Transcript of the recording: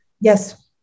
Yes